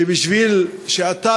שאתה,